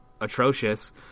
atrocious